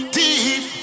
deep